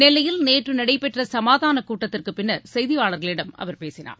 நெல்லையில் நேற்றுநடைபெற்றசமாதானகூட்டத்திற்குப் பின்னர் செய்தியாளர்களிடம் அவர் பேசினார்